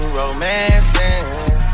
romancing